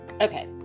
Okay